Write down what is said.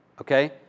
Okay